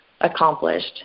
accomplished